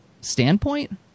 standpoint